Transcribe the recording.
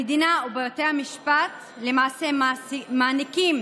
המדינה ובתי המשפט למעשה מעניקים